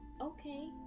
okay